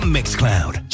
Mixcloud